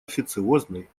официозной